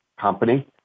company